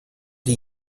die